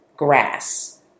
Grass